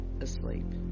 asleep